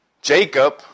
Jacob